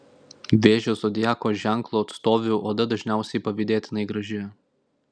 vėžio zodiako ženklo atstovių oda dažniausiai pavydėtinai graži